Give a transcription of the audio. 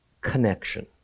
connection